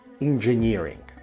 engineering